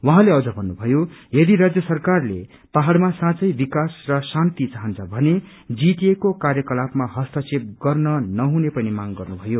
उाहाँले अझ भन्नुभयो यदि राज्य सरकारले पहड़ साँच्चै विकास र शान्ति चाहन्छ भने जीटीए को कार्यक्लपामा हस्तक्षेप गर्न नहुनु पनि मांग गर्नुभयो